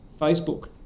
Facebook